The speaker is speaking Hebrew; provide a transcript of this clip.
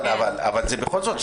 אבל בכל זאת,